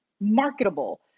marketable